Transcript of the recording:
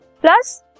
plus